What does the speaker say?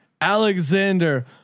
Alexander